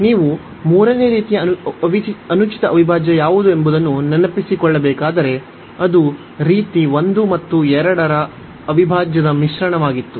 ನೀವು ಮೂರನೆಯ ರೀತಿಯ ಅನುಚಿತ ಅವಿಭಾಜ್ಯ ಯಾವುದು ಎಂಬುದನ್ನು ನೆನಪಿಸಿಕೊಳ್ಳಬೇಕಾದರೆ ಅದು ರೀತಿ 1 ಮತ್ತು 2 ರ ಅವಿಭಾಜ್ಯದ ಮಿಶ್ರಣವಾಗಿತ್ತು